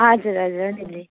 हजुर हजुर ल दिदी